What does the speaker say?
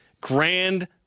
grand